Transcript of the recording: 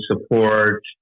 support